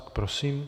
Prosím.